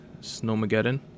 Snowmageddon